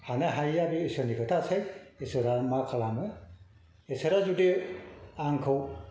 हानाय हायैआ बे ईसोरनि खोथासै ईसोरआ मा खालामो ईसोरआ जुदि आंखौ